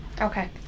Okay